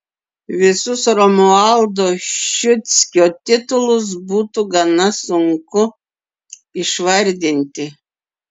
visus romualdo ščiucko titulus būtų gana sunku išvardinti